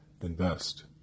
Invest